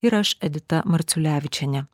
ir aš edita marciulevičienė